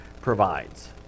provides